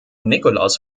nikolaus